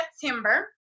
September